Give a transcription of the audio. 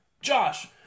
Josh